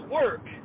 work